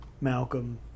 Malcolm